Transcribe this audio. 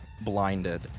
blinded